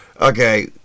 okay